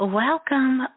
welcome